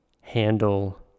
handle